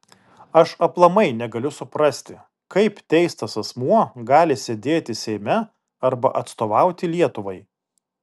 aš aplamai negaliu suprasti kaip teistas asmuo gali sėdėti seime arba atstovauti lietuvai